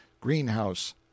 greenhouse